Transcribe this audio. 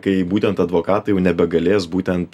kai būtent advokatai jau nebegalės būtent